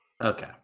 Okay